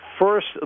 First